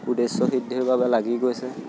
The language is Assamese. উদ্দেশ্য সিদ্ধিৰ বাবে লাগি গৈছে